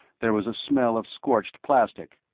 there was a smell of scorched plastic.